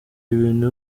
ibintu